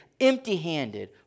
empty-handed